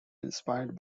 inspired